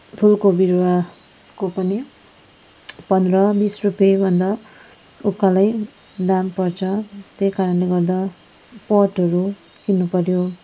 फुलको बिरुवाको पनि पन्ध्र बिस रुपियाँ भन्दा उकालै दाम पर्छ त्यही कारणले गर्दा पटहरू किन्नुपर्यो